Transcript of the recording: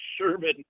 Sherman